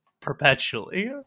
perpetually